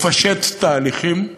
לפשט תהליכים,